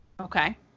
Okay